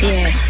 Yes